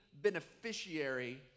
beneficiary